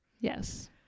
Yes